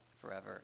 forever